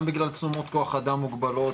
גם בגלל תשומות כוח אדם מוגבלות,